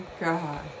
God